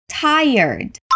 tired